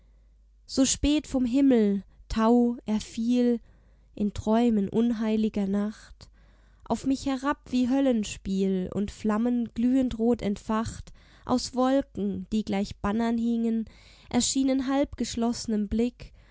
so spät vom himmel tau er fiel in träumen unheiliger nacht auf mich herab wie höllenspiel und flammen glühendrot entfacht aus wolken die gleich bannern hingen erschienen halbgeschloßnem blick